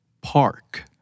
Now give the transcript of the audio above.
Park